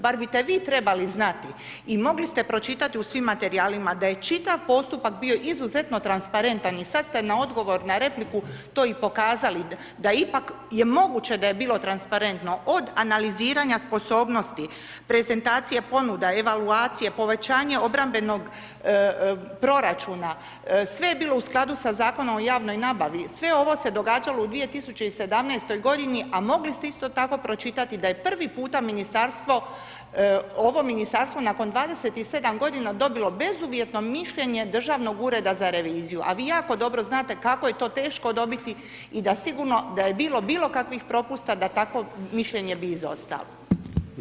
Bar bite vi trebali znati i mogli ste pročitati u svim materijalima da je čitav postupak bio izuzetno transparentan i sad ste na odgovor na repliku to i pokazali, da ipak je moguće da je bilo transparentno od analiziranja sposobnosti, prezentacije ponuda, evaluacije, povećanja obrambenog proračuna, sve je bilo u skladu sa Zakonom o javnoj nabavi, sve ovo se događalo u 2017. godinu, a mogli ste isto tako pročitati da je prvi puta ministarstvo, ovo ministarstvo nakon 27 godina dobilo bezuvjetno mišljenje Državnog ureda za reviziju, a vi jako dobro znate kako je to teško dobiti i da sigurno da je bilo bilo kakvih propusta da takvo mišljenje bi izostalo.